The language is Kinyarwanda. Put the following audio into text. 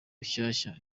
rushyashya